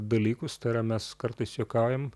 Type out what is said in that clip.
dalykus tai yra mes kartais juokaujam